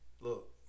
Look